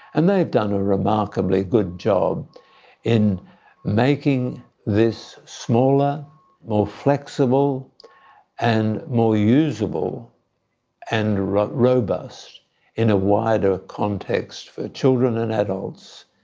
and they've done a remarkably good job in making this smaller more flexible and more usable and robust in a wider context for children and adults.